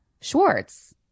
Schwartz